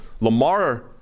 Lamar